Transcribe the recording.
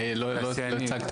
בצד אחד,